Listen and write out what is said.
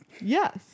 yes